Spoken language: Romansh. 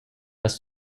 las